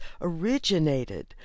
originated